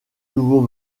nouveau